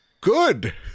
Good